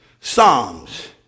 Psalms